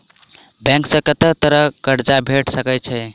Bank सऽ कत्तेक तरह कऽ कर्जा भेट सकय छई?